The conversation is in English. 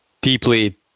deeply